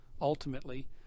Ultimately